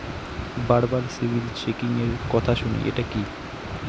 বারবার সিবিল চেকিংএর কথা শুনি এটা কি?